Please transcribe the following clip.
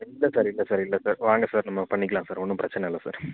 இல்லை சார் இல்லை சார் இல்லை சார் வாங்க சார் நம்ம பண்ணிக்கலாம் சார் ஒன்றும் பிரச்சனை இல்லை சார்